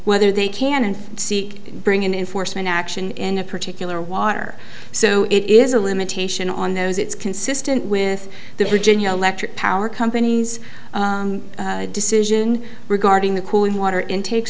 whether they can and seek bringing in force an action in a particular water so it is a limitation on those it's consistent with the virginia electric power company's decision regarding the cooling water intake